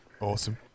Awesome